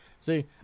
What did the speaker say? See